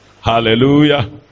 Hallelujah